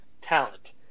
Talent